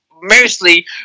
mostly